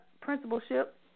principalship